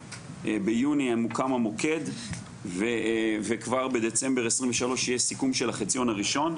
ביוני מוקם המוקד וכבר בדצמבר 2023 יש סיכום של החציון הראשון.